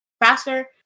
faster